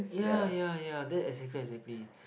ya yeah yeah that exactly exactly